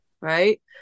right